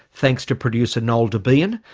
thanks to producer noel debien.